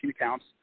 accounts